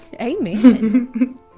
Amen